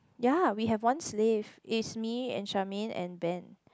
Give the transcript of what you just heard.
ya we have one slave is me and Charmaine and Ben